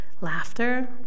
Laughter